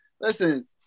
listen